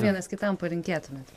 vienas kitam palinkėtumėt